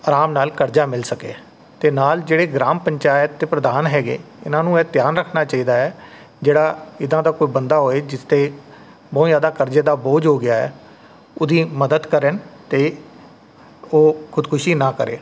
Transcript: ਆਰਾਮ ਨਾਲ ਕਰਜ਼ਾ ਮਿਲ ਸਕੇ ਅਤੇ ਨਾਲ ਜਿਹੜੇ ਗ੍ਰਾਮ ਪੰਚਾਇਤ ਅਤੇ ਪ੍ਰਧਾਨ ਹੈਗੇ ਉਹਨਾਂ ਨੂੰ ਇਹ ਧਿਆਨ ਰੱਖਣਾ ਚਾਹੀਦਾ ਹੈ ਜਿਹੜਾ ਇੱਦਾਂ ਦਾ ਕੋਈ ਬੰਦਾ ਹੋਵੇ ਜਿਸ 'ਤੇ ਬਹੁਤ ਜ਼ਿਆਦਾ ਕਰਜ਼ੇ ਦਾ ਬੋਝ ਹੋ ਗਿਆ ਹੈ ਉਹਦੀ ਮਦਦ ਕਰਨ ਅਤੇ ਉਹ ਖ਼ੁਦਕੁਸ਼ੀ ਨਾ ਕਰੇ